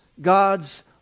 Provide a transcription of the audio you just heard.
God's